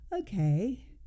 okay